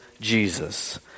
Jesus